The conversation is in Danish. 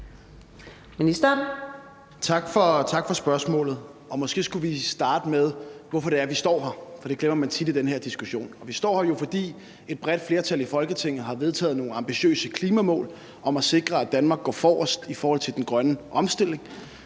Tak for spørgsmålet. Måske skulle vi starte med at tale om, hvorfor det er, at vi står her, for det glemmer man tit i den her diskussion. Vi står her jo, fordi et bredt flertal i Folketinget har vedtaget nogle ambitiøse klimamål for at sikre, at Danmark går forrest i forhold til den grønne omstilling,